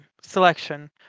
selection